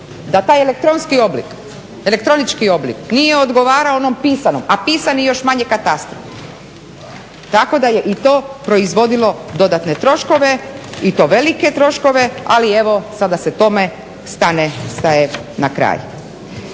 da taj elektronski oblik, elektronički oblik nije odgovarao onom pisanom a pisani još manje katastru. Tako da je i to proizvodilo dodatne troškove i to velike troškove, ali evo sada se tome stane, staje